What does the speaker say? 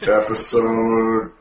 episode